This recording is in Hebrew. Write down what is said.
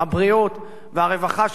הבריאות והרווחה,